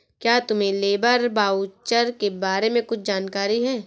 क्या तुम्हें labour voucher के बारे में कुछ जानकारी है?